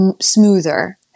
smoother